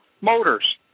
Motors